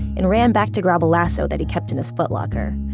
and ran back to grab a lasso that he kept in his footlocker.